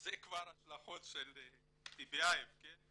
זה כבר השלכות של טיבייב, כן?